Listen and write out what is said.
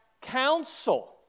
counsel